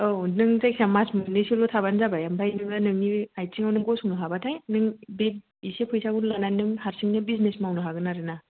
औ नों जायखिया मास मोननैसोल' थाबानो जाबाय आमफ्राय नोङो नोंनि आथिंआवनो गसंनो हाबाथाय नों बे एसे फैसाखौ लानानै हारसिं बिजनेस मावनो हागोन आरोना